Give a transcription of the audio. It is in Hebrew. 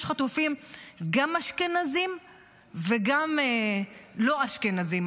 יש חטופים גם אשכנזים וגם לא אשכנזים,